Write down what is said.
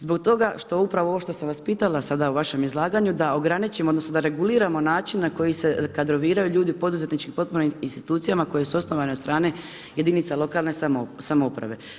Zbog toga što upravo ovo što sam vas pitala sada u vašem izlaganju, da ograničimo odnosno da reguliramo način na koji se kadroviraju ljudi u poduzetničkim potpornim institucijama koje su osnovane od strane jedinica lokalne samouprave.